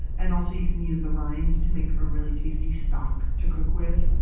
and also you can use the rind to make a really tasty stock to cook with.